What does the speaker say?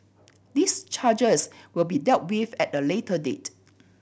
these charges will be dealt with at a later date